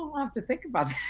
have to think about